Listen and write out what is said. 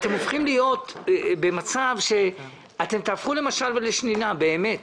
אתם גורמים לכך שתיהפכו למשל ולשנינה, באמת.